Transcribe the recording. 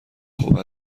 خوب